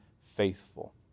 faithful